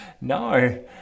no